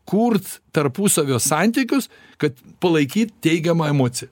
kurt tarpusavio santykius kad palaikyt teigiamą emociją